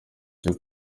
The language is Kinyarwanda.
cyo